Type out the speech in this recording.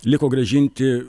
liko grąžinti